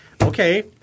okay